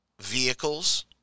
vehicles